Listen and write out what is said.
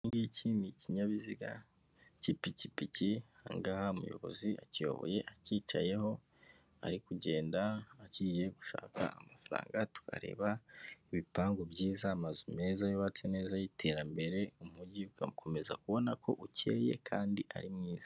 Iki ngiki ni iknyabiziga k'ipikipiki aha ngaha umuyobozi akiyoboye acyicayeho, ari kugenda agiye gushaka amafaranga turareba ibipangu byiza, amazu meza yubatse neza y'iterambere, umugi ugakomeza kubona ko ukeye kandi ari mwiza.